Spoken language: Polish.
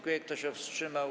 Kto się wstrzymał?